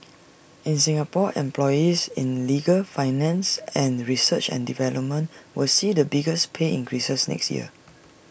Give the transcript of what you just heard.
in Singapore employees in legal finance and research and development will see the biggest pay increases next year